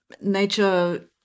nature